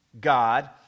God